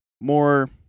more